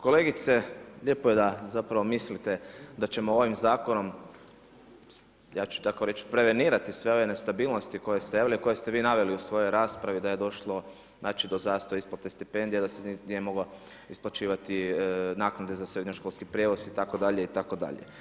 Kolegice, lijepo je da zapravo mislite da ćemo ovim zakonom, ja ću tako reći prevenirati sve ove nestabilnosti koje ste javili, koje ste vi naveli u svojoj raspravi da je došlo znači do zastoja isplate stipendija, da se nisu mogle isplaćivati naknade za srednjoškolski prijevoza itd., itd.